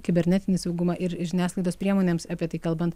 kibernetinį saugumą ir žiniasklaidos priemonėms apie tai kalbant